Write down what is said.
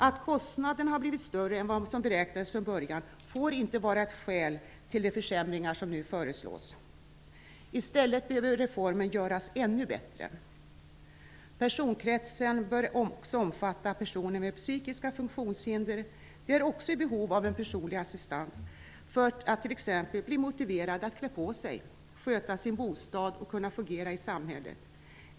Att kostnaderna har blivit större än vad som beräknades från början får inte vara ett skäl till de försämringar som nu föreslås. I stället behöver reformen göras ännu bättre. Personkretsen bör också omfatta personer med psykiska funktionshinder. De är också i behov av en personlig assistent för att t.ex. bli motiverade att klä på sig, sköta sin bostad och kunna fungera i samhället.